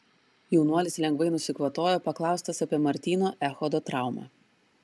jaunuolis lengvai nusikvatojo paklaustas apie martyno echodo traumą